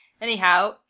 Anyhow